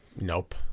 nope